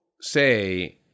say